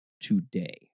today